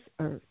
earth